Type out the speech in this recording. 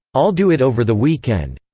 i'll do it over the weekend.